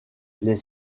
les